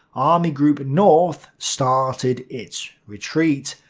army group north started its retreat,